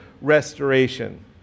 restoration